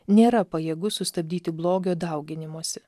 nėra pajėgus sustabdyti blogio dauginimosi